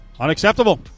unacceptable